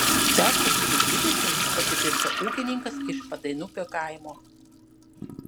perkopusiai dvidešimt pasipiršo ūkininkas iš padainupio kaimo